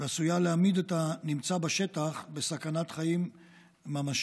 וגם עשויה להעמיד את הנמצא בשטח בסכנת חיים ממשית.